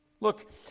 Look